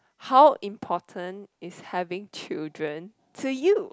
how important is having children to you